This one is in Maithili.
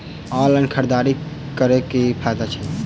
ऑनलाइन खरीददारी करै केँ की फायदा छै?